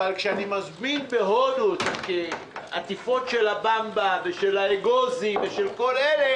אבל כשאני מזמין בהודו עטיפות של במבה ושל אגוזי וכן הלאה